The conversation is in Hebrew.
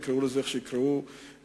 יקראו לזה איך שיקראו במפגשים,